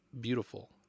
beautiful